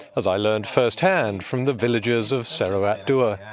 as i learned first-hand from the villagers of seruat dua. a